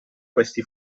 questi